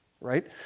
right